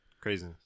Crazy